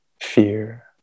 fear